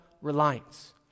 reliance